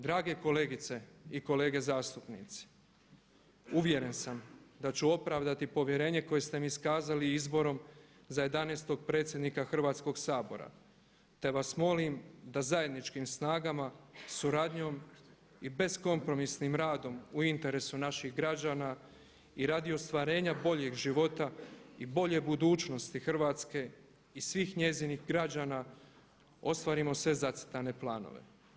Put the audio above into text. Drage kolegice i kolege zastupnici uvjeren sam da ću opravdati povjerenje koje ste mi iskazali izborom za jedanaestog predsjednika Hrvatskog sabora, te vas molim da zajedničkim snagama, suradnjom i beskompromisnim radom u interesu naših građana i radi ostvarenja boljeg života i bolje budućnosti Hrvatske i svih njezinih građana ostvarimo sve zacrtane planove.